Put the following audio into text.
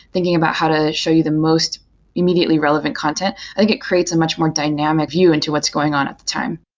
thinking about how to show you the most immediately re levant content, i think it creates a much more dynam ic view into what's going on at the time.